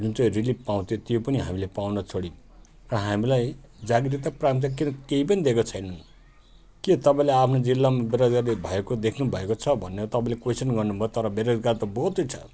जुन चाहिँ रिलिफ पाउँथ्यो त्यो पनि हामीले पाउन छोड्यौँ र हामीलाई जाग्रत प्रान्त के अरे केही पनि दिएका छैनन् के तपाईँले आफ्नो जिल्लामा बेरोजगारी भएको देख्नु भएको छ भनेर तपाईँले क्वेसन गर्नु भयो तर बेरोजगार त बहुत छ